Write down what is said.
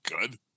good